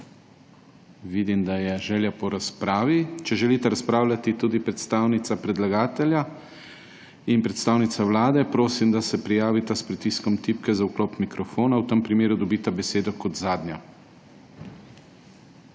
Vidim, da je želja po razpravi. Če želita razpravljati tudi predstavnika predlagatelja in vlade, prosim, da se prijavita s pritiskom tipke za vklop mikrofona. V tem primeru dobita besedo kot zadnja.